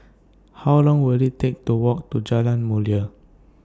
How Long Will IT Take to Walk to Jalan Mulia